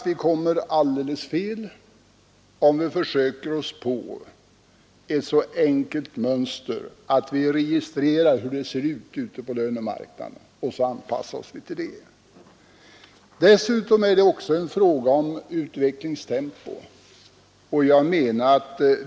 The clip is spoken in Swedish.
Vi kommer alldeles fel om vi försöker oss på ett så enkelt mönster att vi registrerar hur det ser ut på lönemarknaden och påtagligt anpassar oss till det. Dessutom är det en fråga om utvecklingstempo.